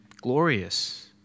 glorious